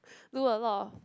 do a lot of